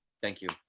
thank you.